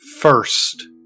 First